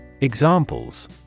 Examples